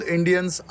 Indians